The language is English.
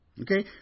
Okay